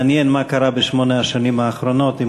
מעניין מה קרה בשמונה השנים האחרונות עם